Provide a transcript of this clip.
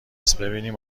پسببینیم